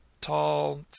tall